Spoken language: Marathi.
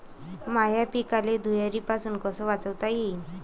माह्या पिकाले धुयारीपासुन कस वाचवता येईन?